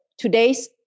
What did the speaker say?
Today's